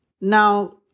Now